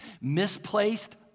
Misplaced